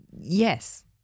yes